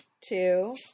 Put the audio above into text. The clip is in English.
two